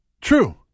True